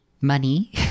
money